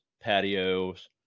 patios